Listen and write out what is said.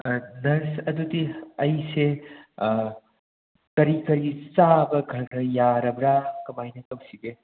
nurse ꯑꯗꯨꯗꯤ ꯑꯩꯁꯦ ꯀꯔꯤ ꯀꯔꯤ ꯆꯥꯕꯥ ꯈ꯭ꯔ ꯈ꯭ꯔ ꯌꯥꯔꯕ꯭ꯔꯥ ꯀꯃꯥꯏꯅ ꯇꯧꯁꯤꯒꯦ